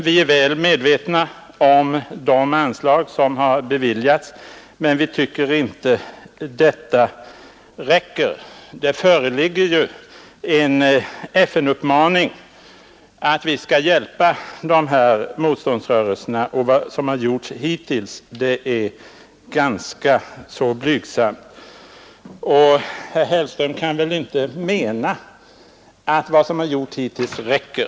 Vi är väl medvetna om de anslag som har beviljats, men vi tycker inte att de räcker. Det föreligger ju en uppmaning från FN att vi skall hjälpa dessa motståndsrörelser, och vad som har gjorts hittills härvidlag är ganska blygsamt. Herr Hellström kan väl inte mena att vad som har gjorts hittills räcker.